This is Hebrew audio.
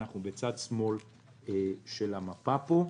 אנחנו בצד שמאל של המפה פה.